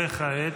וכעת?